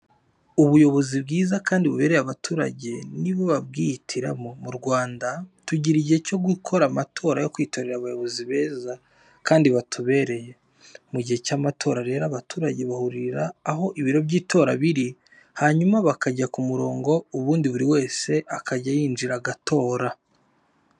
Ubuyobozi bwiza kandi bubereye abaturage ni bo babwihitiramo. Mu Rwanda tugira igihe cyo gukora amatora yo kwitorera abayobozi beza kandi batubereye. Mu gihe cy'amatora rero abaturage bahurira aho ibiro by'itora biri, hanyuma bakajya ku murongo, ubundi buri wese akajya yinjira agatora.